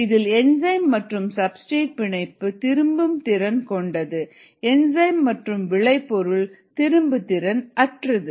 இதில் என்சைம் மற்றும் சப்ஸ்டிரேட் பிணைப்பு திரும்பு திறன்கொண்டது என்சைம் மற்றும் விளைபொருள் திரும்பு திறன் அற்றது